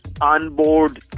onboard